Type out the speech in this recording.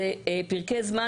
אלה פרקי זמן